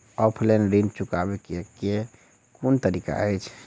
Offline ऋण चुकाबै केँ केँ कुन तरीका अछि?